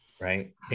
right